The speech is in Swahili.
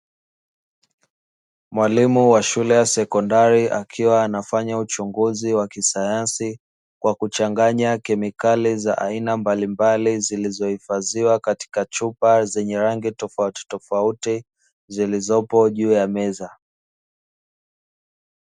Mwalimu wa shule ya sekondari, akiwa anafanya uchunguzi wa kisayansi kwa kuchanganya kemikali za aina mbalimbali, zilizohifadhiwa katika chupa zenye rangi tofauti tofauti, zilizopo juu ya meza.